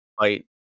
fight